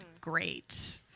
Great